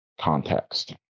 context